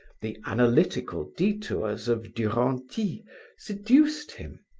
the analytical detours of duranty seduced him,